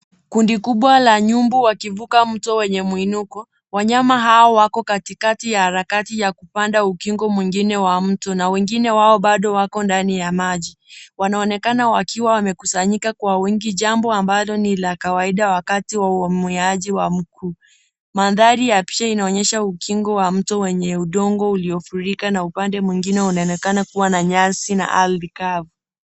Kundi kubwa la nyumbu wakivuka mto wenye mwinuko, wanyama hao wako katikati ya harakati ya kupanda ukingo mwingine wa mto na wengine wao bado wako ndani ya maji. Wanaonekana wakiwa wamekusanyika kwa wingi jambo ambalo ni la kawaida wakati wa uamuaji wa mkuu. Mandhari ya picha inaonyesha ukingo wa mto wenye udongo uliofurika na upande mwingine unaonekana kuwa na nyasi na ardhi.